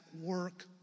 work